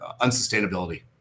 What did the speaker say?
unsustainability